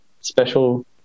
special